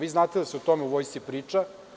Vi znate da se o tome u Vojsci priča.